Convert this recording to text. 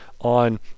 on